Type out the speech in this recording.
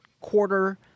quarter